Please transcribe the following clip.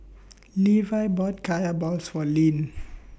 Levi bought Kaya Balls For Leann